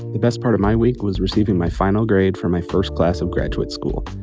the best part of my week was receiving my final grade for my first class of graduate school.